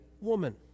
woman